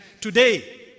Today